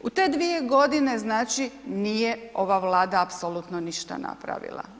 U te dvije godine, znači, nije ova Vlada apsolutno ništa napravila.